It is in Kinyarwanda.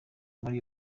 muri